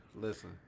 listen